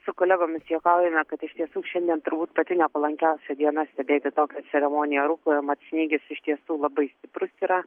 su kolegomis juokaujame kad iš tiesų šiandien turbūt pati nepalankiausia diena stebėti tokias ceremonijas rukloje mat snygis iš tiesų labai stiprus yra